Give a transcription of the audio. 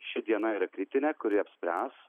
ši diena yra kritinė kuri apspręs